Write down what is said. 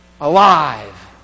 Alive